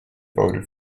voted